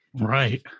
right